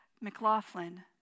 McLaughlin